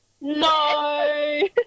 No